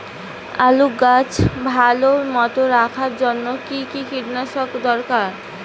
আলুর গাছ ভালো মতো রাখার জন্য কী কী কীটনাশক দরকার?